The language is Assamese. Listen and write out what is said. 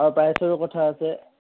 অঁ প্ৰাইচটোৰো কথা আছে